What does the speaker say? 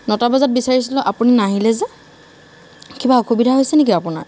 নটা বজাত বিচাৰিছিলোঁ আপুনি নাহিলে যে কিবা অসুবিধা হৈছে নেকি আপোনাৰ